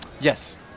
Yes